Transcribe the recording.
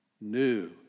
new